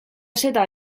seda